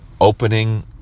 opening